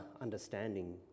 understanding